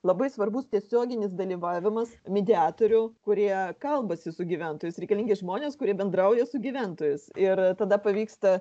labai svarbus tiesioginis dalyvavimas mediatorių kurie kalbasi su gyventojais reikalingi žmonės kurie bendrauja su gyventojais ir tada pavyksta